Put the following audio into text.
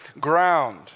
ground